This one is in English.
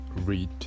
read